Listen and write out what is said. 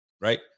Right